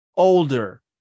Older